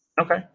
Okay